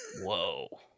Whoa